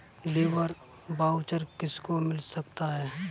Labour voucher किसको मिल सकता है?